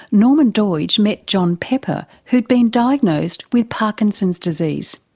norman doidge met john pepper who had been diagnosed with parkinson's disease.